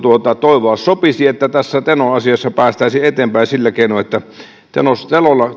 toivoa sopisi että tässä teno asiassa päästäisiin eteenpäin sillä keinoin että